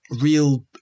real